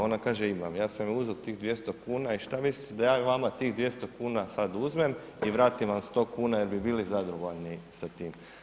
Ona kaže imam, ja sam joj uzeo tih 200 kuna, i što mislite da ja vama tih 200 kuna sad uzmem, i vratim vam 100 kuna, je l' bi bili zadovoljni sa tim?